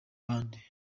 abandi